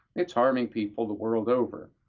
it's harming people the world over,